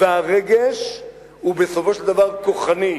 והרגש הוא בסופו של דבר כוחני.